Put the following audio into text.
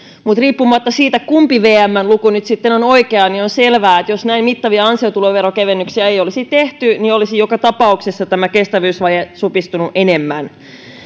mutta riippumatta siitä kumpi vmn luku nyt sitten on oikea on selvää että jos näin mittavia ansiotuloveron kevennyksiä ei olisi tehty olisi joka tapauksessa kestävyysvaje supistunut enemmän